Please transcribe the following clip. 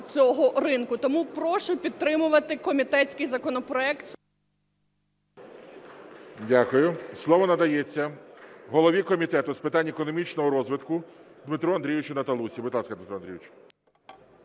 цього ринку. Тому прошу підтримувати комітетський законопроект... ГОЛОВУЮЧИЙ. Дякую. Слово надається голові Комітету з питань економічного розвитку Дмитру Андрійовичу Наталусі.